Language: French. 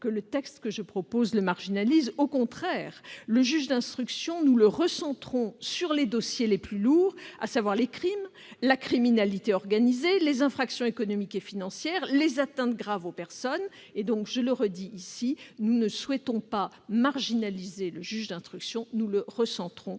que le texte que je vous soumets marginalise son rôle : au contraire, nous le recentrons sur les dossiers les plus lourds, à savoir les crimes, la criminalité organisée, les infractions économiques et financières, les atteintes graves aux personnes. Je le redis, nous entendons non pas marginaliser le juge d'instruction, mais recentrer